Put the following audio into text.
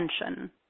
attention